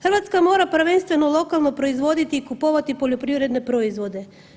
Hrvatska mora prvenstveno lokalno proizvoditi i kupovati poljoprivredne proizvode.